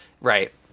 right